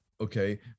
okay